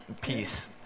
Peace